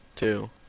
Two